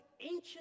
ancient